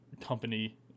company